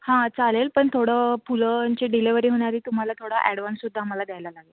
हां चालेल पण थोडं फुलांची डिलीवरी होण्याआधी तुम्हाला थोडा ॲडवान्ससुद्धा आम्हाला द्यायला लागेल